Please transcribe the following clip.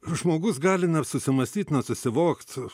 žmogus gali na ir susimąstyt na susivokt